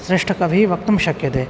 श्रेष्ठकविः वक्तुं शक्यते